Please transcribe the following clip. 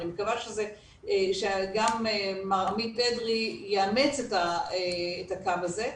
ואני מקווה שגם מר עמית אדרי יאמץ את הקו הזה,